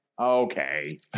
okay